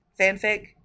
fanfic